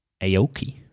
Aoki